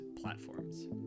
platforms